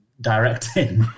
directing